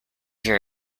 your